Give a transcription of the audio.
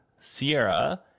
Sierra